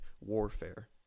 Warfare